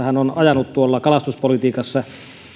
hän on ajanut kalastuspolitiikassa